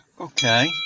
Okay